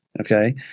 Okay